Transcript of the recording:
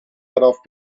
darauf